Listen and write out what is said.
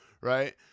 Right